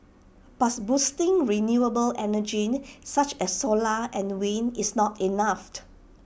but boosting renewable energy such as solar and wind is not